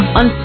on